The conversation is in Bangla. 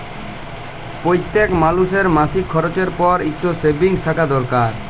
প্যইত্তেক মালুসের মাসিক খরচের পর ইকট সেভিংস থ্যাকা দরকার